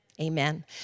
Amen